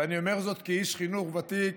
ואני אומר זאת כאיש חינוך ותיק.